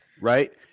Right